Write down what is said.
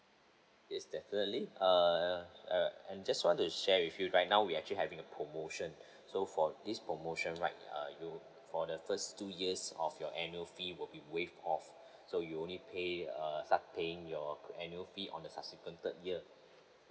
yes definitely uh uh I just want to share with you right now we actually having a promotion so for this promotion right err you for the first two years of your annual fee will be waived off so you only pay err start paying your annual fee on the subsequent third year